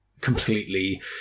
completely